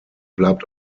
bleibt